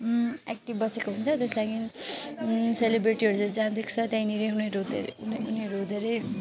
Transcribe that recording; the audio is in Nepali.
एक्टिभ बसेको हुन्छ त्यस लागिन् सेलिब्रेटीहरू जहाँ देख्छ त्यहीँनेरि उनीहरू धेरै उनीहरू धेरै